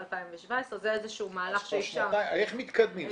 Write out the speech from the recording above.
2017, זה איזשהו מהלך -- איך מתקדמים?